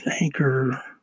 Anchor